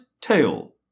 tail